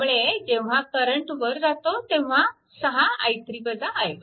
त्यामुळे जेव्हा करंट वर जातो तेव्हा 6